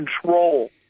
control